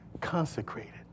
consecrated